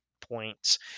points